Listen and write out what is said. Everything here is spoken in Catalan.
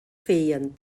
feien